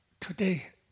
today